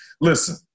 listen